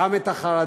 גם את החרדים,